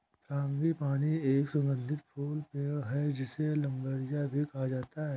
frangipani एक सुगंधित फूल पेड़ है, जिसे प्लंबरिया भी कहा जाता है